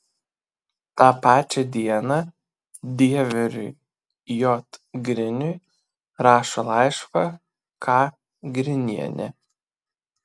tą pačią dieną dieveriui j griniui rašo laišką k grinienė